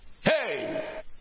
Hey